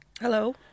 Hello